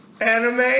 Anime